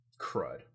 Crud